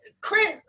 Chris